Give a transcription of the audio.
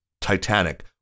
Titanic